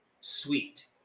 sweet